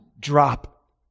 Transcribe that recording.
drop